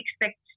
expect